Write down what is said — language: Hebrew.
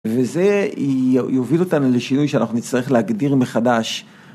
וזה יוביל אותנו לשינוי שאנחנו נצטרך להגדיר מחדש.